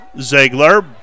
Ziegler